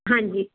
ਹਾਂਜੀ